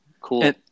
cool